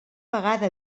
vegada